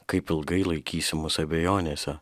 kaip ilgai laikysi mus abejonėse